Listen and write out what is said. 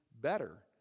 better